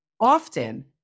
often